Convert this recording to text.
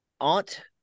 Aunt